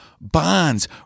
bonds